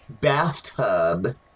Bathtub